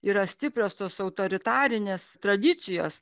yra stiprios tos autoritarinės tradicijos